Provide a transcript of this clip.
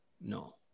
No